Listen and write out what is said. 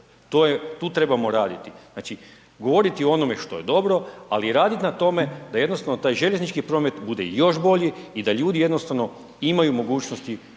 Tu trebamo raditi. Znači govoriti o onome što je dobro ali i radit na tome da jednostavno taj željeznički promet bude još bolji i da ljudi jednostavno imaju mogućnosti